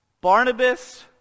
Barnabas